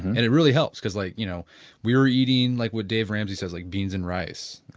and it really helps because like you know we were eating like what dave ramsey says like beans and rice,